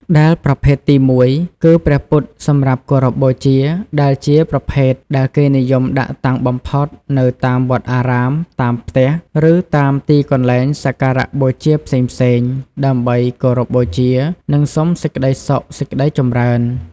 ដែលប្រភេទទីមួយគឺ ព្រះពុទ្ធសម្រាប់គោរពបូជា ដែលជាប្រភេទដែលគេនិយមដាក់តាំងបំផុតនៅតាមវត្តអារាម តាមផ្ទះ ឬតាមទីកន្លែងសក្ការៈបូជាផ្សេងៗ ដើម្បីគោរពបូជា និងសុំសេចក្តីសុខសេចក្តីចម្រើន។